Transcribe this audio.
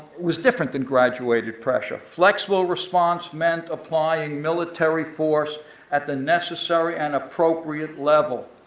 was different than graduated pressure. flexible response meant applying military force at the necessary and appropriate level.